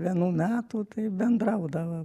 vienų metų taip bendraudavo